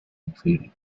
included